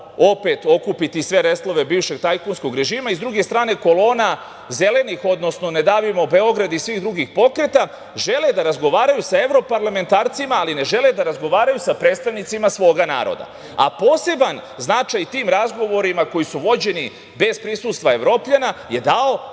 opet okupiti sve reslove bivšeg tajkunskog režima i s druge strane kolona Zelenih, odnosno Ne davimo Beograd i svih drugih pokreta žele da razgovaraju sa evroparlamentarcima ali ne žele da razgovaraju sa predstavnicima svoga naroda. Poseban značaj tim razgovorima koji su vođeni bez prisustva Evropljana je dao